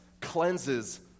cleanses